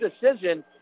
decision